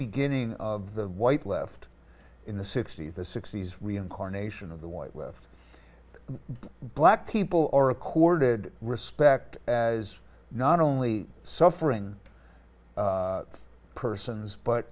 beginning of the white left in the sixty's the sixty's reincarnation of the white with black people or accorded respect as not only suffering persons but